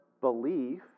belief